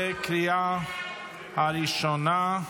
בקריאה הראשונה.